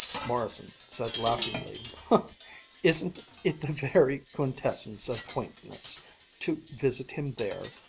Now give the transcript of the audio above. morrison said laughingly isn't it the very quintessence of quaintness to visit him there!